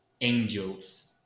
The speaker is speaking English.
angels